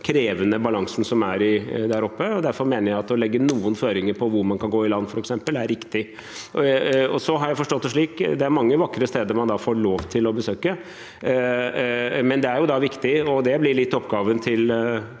krevende balansen som er der oppe. Derfor mener jeg at å legge noen føringer på hvor man kan gå i land f.eks., er riktig. Jeg har forstått det slik at det er mange vakre steder man får lov til å besøke, men det er da viktig, og det blir oppgaven til